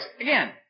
Again